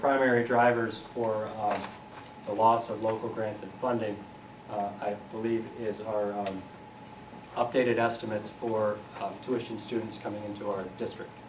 primary drivers for the loss of local grant funding i believe is our updated estimates for tuition students coming into our district